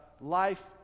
Life